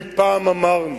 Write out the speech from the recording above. אם פעם אמרנו